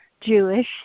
Jewish